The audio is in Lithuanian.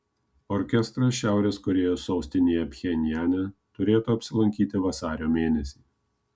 orkestras šiaurės korėjos sostinėje pchenjane turėtų apsilankyti vasario mėnesį